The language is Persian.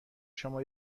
شما